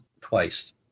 twice